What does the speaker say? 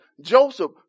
Joseph